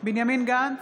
בנימין גנץ,